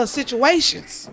situations